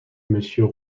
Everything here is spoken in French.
monsieur